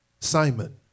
Simon